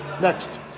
Next